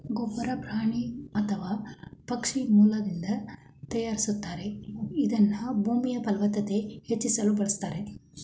ಗೊಬ್ಬರ ಪ್ರಾಣಿ ಅಥವಾ ಪಕ್ಷಿ ಮಲದಿಂದ ತಯಾರಿಸ್ತಾರೆ ಇದನ್ನ ಭೂಮಿಯಫಲವತ್ತತೆ ಹೆಚ್ಚಿಸಲು ಬಳುಸ್ತಾರೆ